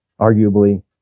arguably